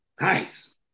Nice